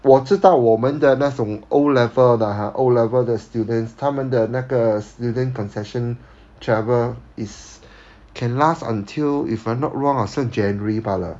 我知道我们的那种 O level 的 ha O level 的 students 他们的那个 student concession travel is can last until if I'm not wrong 是 january 罢了